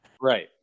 Right